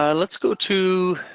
um let's go to.